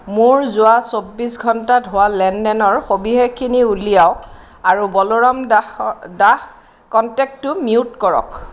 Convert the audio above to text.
মোৰ যোৱা চৌব্বিছ ঘণ্টাত হোৱা লেনদেনৰ সবিশেষখিনি উলিয়াওক আৰু বলোৰাম দাসৰ দাস কণ্টেক্টটো মিউট কৰক